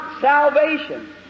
Salvation